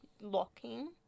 locking